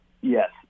yes